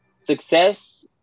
success